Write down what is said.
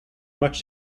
much